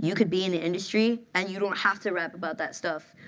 you could be in the industry and you don't have to rap about that stuff.